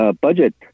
budget